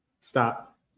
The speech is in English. Stop